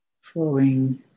flowing